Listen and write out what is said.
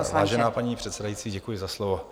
Vážená paní předsedající, děkuji za slovo.